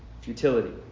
futility